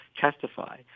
testify